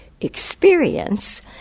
experience